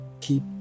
keep